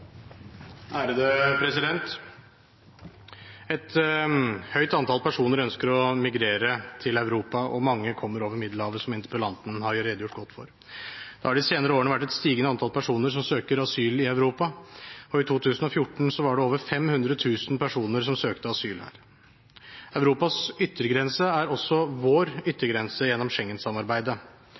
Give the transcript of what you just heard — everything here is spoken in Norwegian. Et høyt antall personer ønsker å migrere til Europa, og mange kommer over Middelhavet, som interpellanten har redegjort godt for. Det har de senere årene vært et stigende antall personer som søker asyl i Europa. I 2014 var det over 500 000 personer som søkte asyl her. Europas yttergrense er også vår yttergrense gjennom